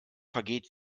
vergeht